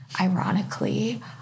ironically